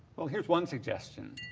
well, here's one suggestion.